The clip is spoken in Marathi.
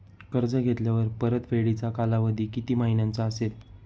कर्ज घेतल्यावर परतफेडीचा कालावधी किती महिन्यांचा असेल?